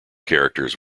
characters